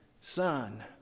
son